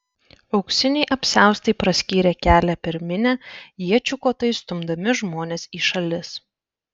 auksiniai apsiaustai praskyrė kelią per minią iečių kotais stumdami žmones į šalis